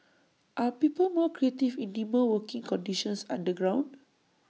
are people more creative in dimmer working conditions underground